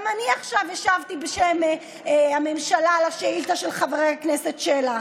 גם אני עכשיו השבתי בשם הממשלה על השאילתה של חבר הכנסת שלח,